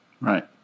Right